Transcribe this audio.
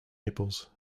nipples